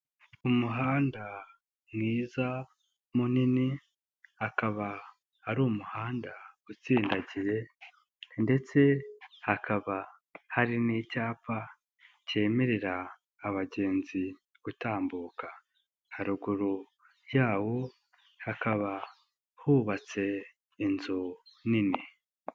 Umuhanda mwiza, munini akaba ari umuhanda utsindagiye ndetse hakaba hari n'icyapa kemerera abagenzi gutambuka, haruguru yawo hakaba hubatse inzu nini.